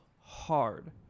hard